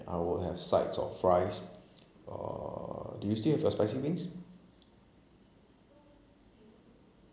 I will have sides of fries uh do you still have the spicy wings